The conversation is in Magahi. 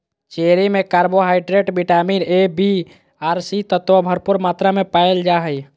चेरी में कार्बोहाइड्रेट, विटामिन ए, बी आर सी तत्व भरपूर मात्रा में पायल जा हइ